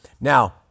Now